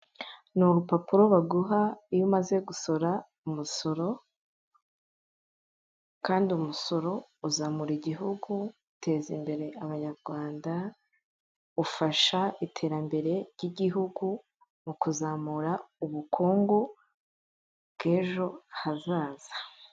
Ni urupapuro baguha iyo umaze gusora umusoro, kandi umusoro uzamura igihugu uteza imbere abanyarwanda, ufasha iterambere ry' igihugu mu kuzamura ubukungu bw'ejo hazaza.